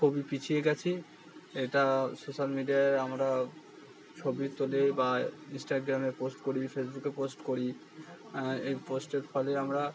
খুবই পিছিয়ে গেছি এটা সোশ্যাল মিডিয়ায় আমরা ছবি তুলে বা ইন্সটাগ্রামে পোস্ট করি ফেসবুকে পোস্ট করি এই পোস্টের ফলেই আমরা